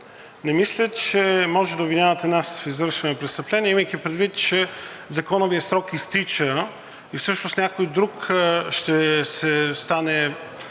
не мисля, че можете да обвинявате нас в извършване на престъпление, имайки предвид, че законовият срок изтича и всъщност някой друг ще влезе